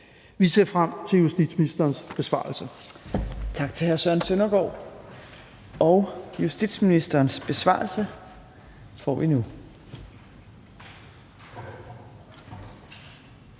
Vi ser frem til justitsministerens besvarelse.